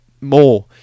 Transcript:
more